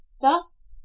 Thus